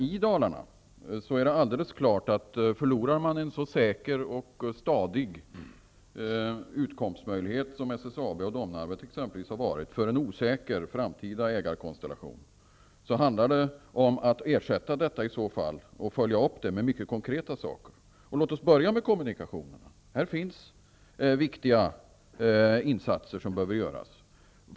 I Dalarna är man alldeles klar över att om man förlorar en så säker och stadig utkomstmöjlighet som SSAB och Domnarvet utgör för en osäker framtida ägarkonstellation, måste denna ersättas och följas upp med mycket konkreta insatser. Låt oss börja med kommunikationerna. På det området behövs det viktiga satsningar.